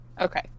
Okay